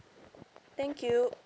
thank you